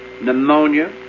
pneumonia